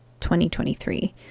2023